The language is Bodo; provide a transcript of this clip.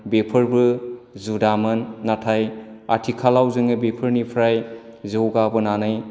बेफोरबो जुदामोन नाथाय आथिखालाव जोङो बेफोरनिफ्राय जौगाबोनानै